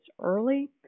early